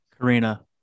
Karina